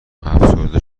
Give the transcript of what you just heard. افسرده